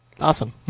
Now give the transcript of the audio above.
Awesome